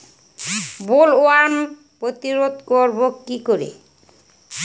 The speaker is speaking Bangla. বোলওয়ার্ম প্রতিরোধ করব কি করে?